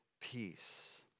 peace